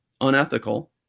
unethical